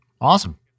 Awesome